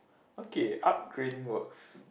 okay upgraded works